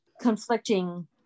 conflicting